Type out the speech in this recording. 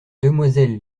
demoiselle